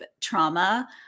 trauma